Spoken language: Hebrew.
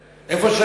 גם אם לא נרצה.